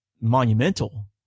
monumental